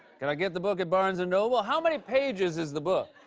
can i get the book at barnes and noble? how many pages is the book?